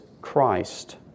Christ